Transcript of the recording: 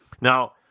Now